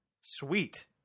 Sweet